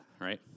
right